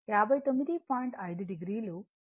5 o j38